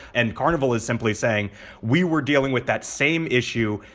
and carnival is simply saying we were dealing with that same issue.